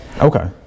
okay